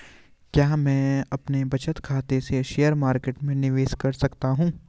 क्या मैं अपने बचत खाते से शेयर मार्केट में निवेश कर सकता हूँ?